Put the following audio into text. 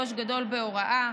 ראש גדול בהוראה.